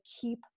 keep